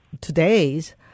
today's